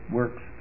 works